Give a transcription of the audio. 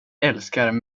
älskar